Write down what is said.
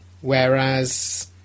whereas